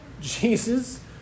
Jesus